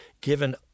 given